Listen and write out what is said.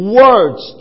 words